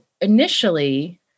initially